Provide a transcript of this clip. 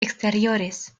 exteriores